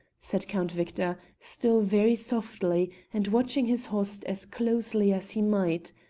said count victor, still very softly, and watching his host as closely as he might,